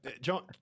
John